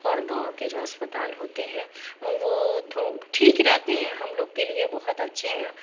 اور گاؤں کے جو اسپتال ہوتے ہیں وہ ٹھیک رہتے ہیں ہم لوگ کے لیے بہت اچھے ہیں